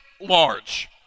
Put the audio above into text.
large